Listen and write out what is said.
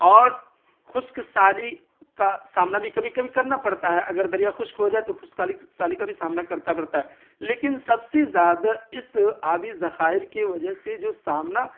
اور خشک سالی کا سامنا بھی کبھی کبھی کرنا پڑتا ہے اگر دریا خشک ہو جائے تو خسک سالی کا بھی سامنا کرنا بڑتا ہے لیکن سب سے زیادہ اس آبی ذخائر کی وجہ سے جو سامنا